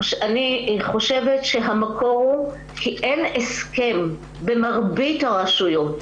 אני חושבת שהמקור הוא שאין הסכם במרבית הרשויות,